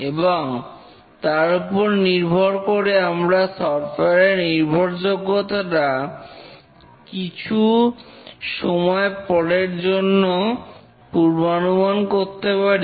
এবং তার উপর নির্ভর করে আমরা সফটওয়্যার এর নির্ভরযোগ্যতাটা কিছু সময় পরের জন্য পূর্বানুমান করতে পারি